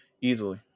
Easily